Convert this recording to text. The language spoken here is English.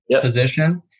position